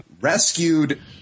rescued